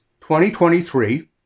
2023